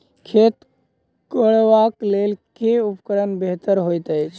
खेत कोरबाक लेल केँ उपकरण बेहतर होइत अछि?